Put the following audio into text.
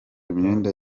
imyenda